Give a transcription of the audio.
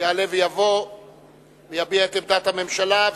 יעלה ויבוא ויביע את עמדת הממשלה.